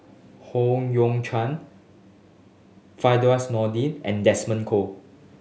Howe Yoon Chong Firdaus Nordin and Desmond Kon